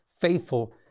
faithful